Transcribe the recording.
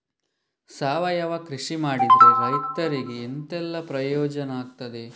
ಸಾವಯವ ಕೃಷಿ ಮಾಡಿದ್ರೆ ರೈತರಿಗೆ ಎಂತೆಲ್ಲ ಪ್ರಯೋಜನ ಆಗ್ತದೆ?